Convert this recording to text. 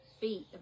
feet